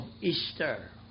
Easter